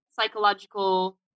psychological